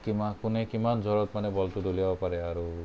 কিমান কোনে কিমান জোৰত মানে বলটো দলিয়াব পাৰে আৰু